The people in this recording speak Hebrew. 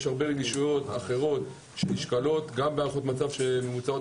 יש הרבה רגישויות אחרות שנשקלות גם בהערכות מצב שמבוצעות.